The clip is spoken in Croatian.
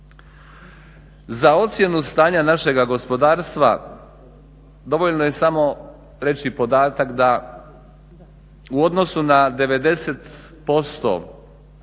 Za ocjenu stanja našega gospodarstva dovoljno je samo reći podatak da u odnosu na 90%